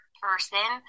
person